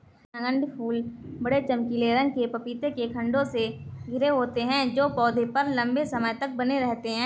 नगण्य फूल बड़े, चमकीले रंग के पपीते के खण्डों से घिरे होते हैं जो पौधे पर लंबे समय तक बने रहते हैं